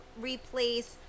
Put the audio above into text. replace